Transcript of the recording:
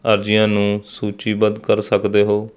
ਅਰਜ਼ੀਆਂ ਨੂੰ ਸੂਚੀਬੱਧ ਕਰ ਸਕਦੇ ਹੋ